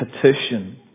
petition